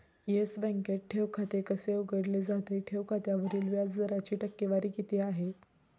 Yes बँकेत ठेव खाते कसे उघडले जाते? ठेव खात्यावरील व्याज दराची टक्केवारी किती आहे?